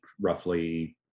roughly